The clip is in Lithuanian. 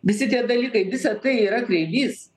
visi tie dalykai visa tai yra kreivys